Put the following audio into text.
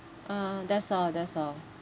uh that's all that's all